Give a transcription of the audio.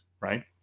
right